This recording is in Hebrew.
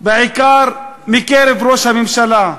בעיקר מראש הממשלה,